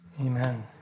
Amen